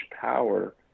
power